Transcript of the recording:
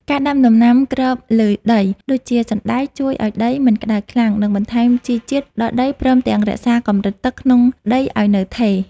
ការដាំដំណាំគ្របលើដីដូចជាសណ្តែកជួយឱ្យដីមិនក្តៅខ្លាំង និងបន្ថែមជីវជាតិដល់ដីព្រមទាំងរក្សាកម្រិតទឹកក្នុងដីឱ្យនៅថេរ។